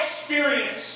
experience